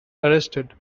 arrested